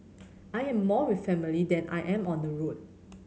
I am more with family than I am on the road